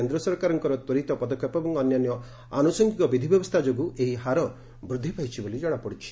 କେନ୍ଦ୍ର ସରକାରଙ୍କ ତ୍ୱରିତ ପଦକ୍ଷେପ ଏବଂ ଅନ୍ୟାନ୍ୟ ଆନୁଷଙ୍ଗିକ ବିଧିବ୍ୟବସ୍ଥା ଯୋଗୁଁ ଏହି ହାର ବୃଦ୍ଧି ପାଇଛି ବୋଲି ଜଣାପଡ଼ିଛି